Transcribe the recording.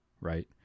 Right